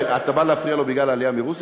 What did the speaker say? אתה בא להפריע לו בגלל העלייה מרוסיה,